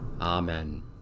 Amen